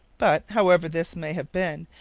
but, however this may have been,